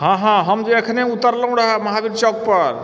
हँ हँ हम जे अखने उतरलहुँ रहय महावीर चौकपर